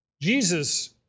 Jesus